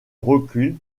recul